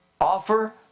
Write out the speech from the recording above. offer